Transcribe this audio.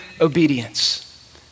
obedience